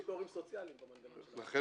יש פטורים סוציאליים במנגנון של ה --- לכן